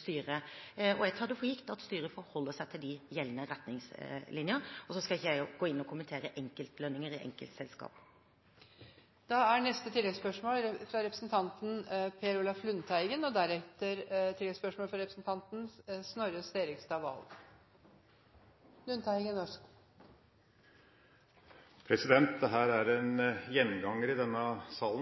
styret. Jeg tar det for gitt at styret forholder seg til de gjeldende retningslinjer. Så skal ikke jeg gå inn og kommentere enkeltlønninger i enkeltselskaper. Per Olaf Lundteigen – til oppfølgingsspørsmål. Dette er en gjenganger i denne salen. Det har kommet besvergelser fra alle partier om at dette er en ukultur som en ønsker å stoppe. Senest ble dette debattert den 19. mars i